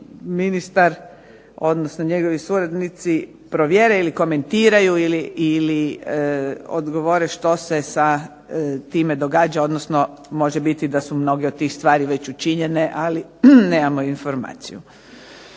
ministar odnosno njegovi suradnici provjere ili komentiraju ili odgovore što se sa time događa, odnosno može biti da su mnoge od tih stvari već učinjene, ali nemamo informaciju.